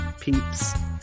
peeps